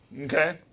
okay